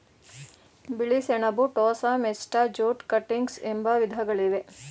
ಬಿಳಿ ಸೆಣಬು, tossa, mesta, jute cuttings ಎಂಬ ವಿಧಗಳಿವೆ